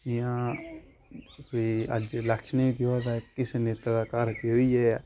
जियां कोई अज्ज इलेक्शन च केह् होआ दा किसे नेता दे घर केह् होई गेआ ऐ